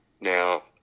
Now